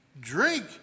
drink